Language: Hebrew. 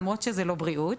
למרות שזה לא בריאות.